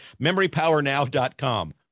Memorypowernow.com